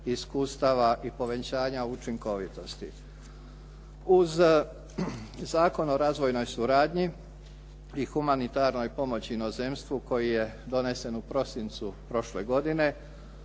iskustava i povećanja učinkovitosti. Uz Zakon o razvojnoj suradnji i humanitarnoj pomoći inozemstvu koji je donesen u prosincu prošle godine